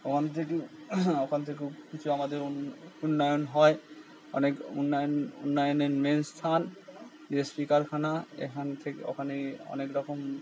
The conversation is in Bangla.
ওখান থেকে ওখান থেকেও কিছু আমাদের উন্নয়ন হয় অনেক উন্নয়ন উন্নয়নের মেন স্থান ডি এস পি কারখানা এখান থেকে ওখানে অনেক রকম